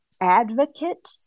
advocate